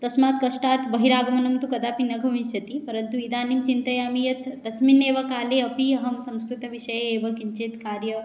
तस्मात् कष्टात् बहिरागमनं तु कदापि न भविष्यति परन्तु इदानीं चिन्तयामि यत् तस्मिन्नेव काले अपि अहं संस्कृतविषये एव किञ्चित्कार्य